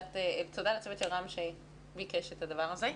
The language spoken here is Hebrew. תודה לצוות של רם שביקש את הדבר הזה,